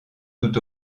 tout